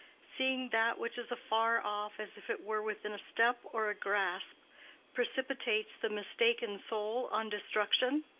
seeing that which is afar off as if it were within a step or a grasp precipitates the mistaken soul on destruction?